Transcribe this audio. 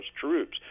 troops